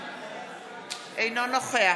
אינו נוכח